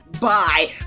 Bye